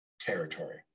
territory